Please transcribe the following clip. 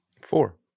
Four